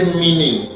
meaning